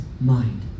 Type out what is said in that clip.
mind